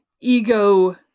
ego